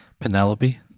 Penelope